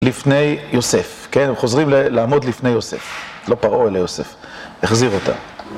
לפני יוסף, כן? הם חוזרים לעמוד לפני יוסף, לא פרעו אלא יוסף, החזיר אותם.